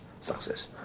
success